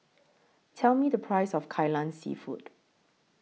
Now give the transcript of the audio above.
Tell Me The Price of Kai Lan Seafood